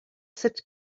cette